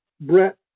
Brett